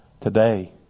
Today